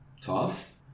tough